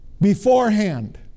beforehand